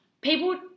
people